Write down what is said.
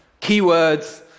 keywords